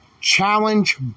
Challenge